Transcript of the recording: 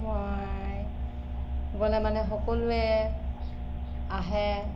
মই গ'লে মানে সকলোৱে আহে